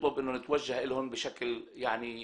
בכל מקרה של אדם שטועה, ויש כאלה שטועים,